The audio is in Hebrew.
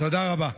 תודה רבה.